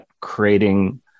creating